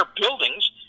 buildings